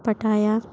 Pattaya